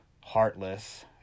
Heartless